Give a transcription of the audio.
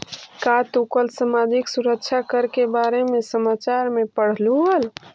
का तू कल सामाजिक सुरक्षा कर के बारे में समाचार में पढ़लू हल